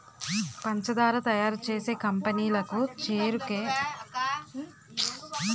పంచదార తయారు చేసే కంపెనీ లకు చెరుకే ముడిసరుకు